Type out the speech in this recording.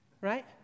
right